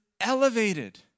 elevated